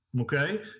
okay